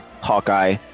Hawkeye